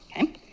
okay